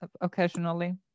occasionally